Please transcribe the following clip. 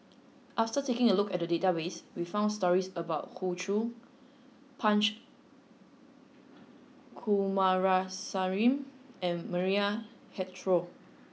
after taking a look at the database we found stories about Hoey Choo Punch Coomaraswamy and Maria Hertogh